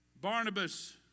Barnabas